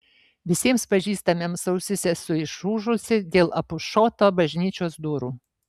visiems pažįstamiems ausis esu išūžusi dėl apušoto bažnyčios durų